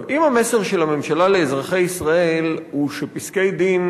אם המסר של הממשלה לאזרחי ישראל הוא שפסקי-דין